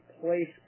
place